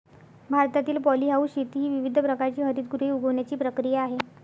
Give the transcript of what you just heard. भारतातील पॉलीहाऊस शेती ही विविध प्रकारची हरितगृहे उगवण्याची प्रक्रिया आहे